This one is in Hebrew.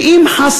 שאם חס